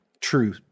true –